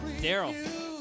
Daryl